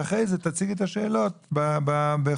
ואחרי זה תציגי את השאלות בכתב.